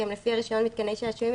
שהם לפי הרישיון מתקני שעשועים,